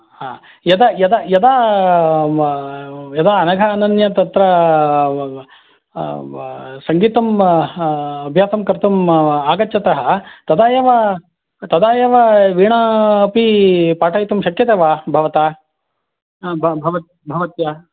हा यद यद यदा यदा अनघा अनन्या तत्र सङ्गीतम् अभ्यासं कर्तुम् आगच्छतः तदा एव तदा एव वीणा अपि पाठयितुं शक्यते वा भवता भव् भवत्या